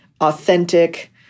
authentic